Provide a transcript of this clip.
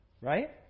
right